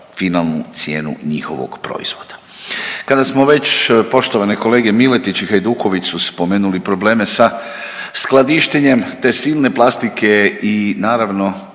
finalnu cijenu njihovog proizvoda. Kada smo već poštovani kolege Miletić i Hajduković su spomenuli probleme sa skladištenjem te silne plastike i naravno